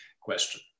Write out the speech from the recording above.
question